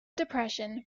depression